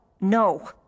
No